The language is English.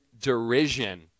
derision